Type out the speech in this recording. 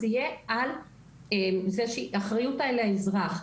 זה יהיה אחריות על האזרח.